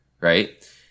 right